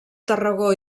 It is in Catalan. tarragó